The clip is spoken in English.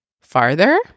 farther